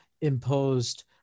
imposed